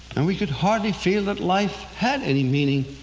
and we could hardly feel that life had any meaning